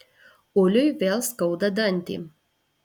uliui vėl skauda dantį